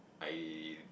I